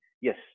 Yes